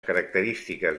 característiques